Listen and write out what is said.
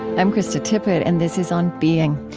i'm krista tippett and this is on being.